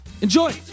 Enjoy